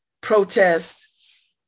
protest